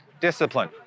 discipline